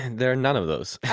there are none of those. yeah